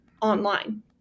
online